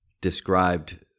described